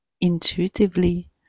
intuitively